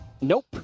Nope